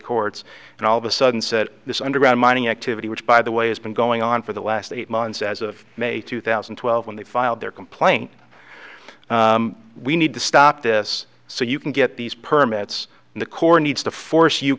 courts and all of a sudden said this underground mining activity which by the way has been going on for the last eight months as of may two thousand and twelve when they filed their complaint we need to stop this so you can get these permits the corps needs to force you